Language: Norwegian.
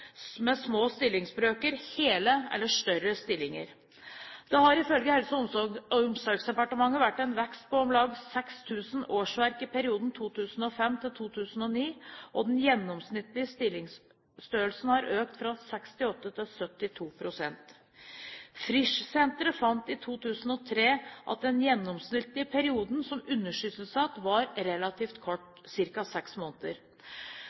med små stillingsbrøker hele eller større stillinger. Det har ifølge Helse- og omsorgsdepartementet vært en vekst på om lag 6 000 årsverk i perioden 2005–2009, og den gjennomsnittlige styringsstørrelsen har økt fra 68 pst. til 72 pst. Frischsenteret fant i 2003 at den gjennomsnittlige perioden som undersysselsatt var relativt kort, ca. 6 måneder.